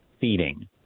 feeding